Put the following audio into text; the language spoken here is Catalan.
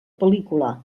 pel·lícula